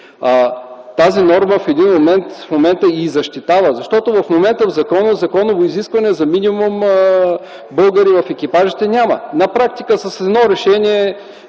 Тази норма в момента и защитава, защото в закона няма изискване за минимум българи в екипажите. На практика с едно решение